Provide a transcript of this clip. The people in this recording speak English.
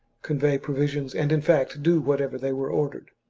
convey pro visions, and in fact to do whatever they were ordered.